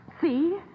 See